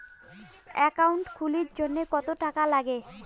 Account খুলির জন্যে কত টাকা নাগে?